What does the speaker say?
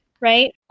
right